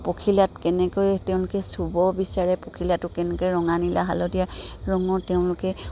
পখিলাত কেনেকৈ তেওঁলোকে চুব বিচাৰে পখিলটো কেনেকৈ ৰঙা নিলা হালধীয়া ৰঙৰ তেওঁলোকে